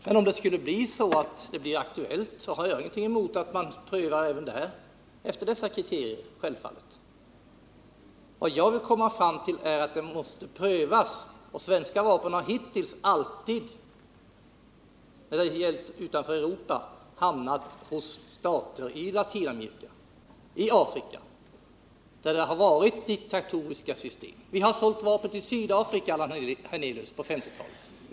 Men om det skulle bli aktuellt, har jag självfallet ingenting emot att man prövar en sådan handel efter dessa kriterier. Svenska vapen har hittills alltid när det gäller export utanför Europa, till Latinamerika och Afrika, hamnat i länder med diktatoriska system. Vi har sålt vapen till Sydafrika på 1950-talet, Allan Hernelius.